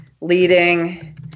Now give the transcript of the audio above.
leading